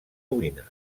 ovina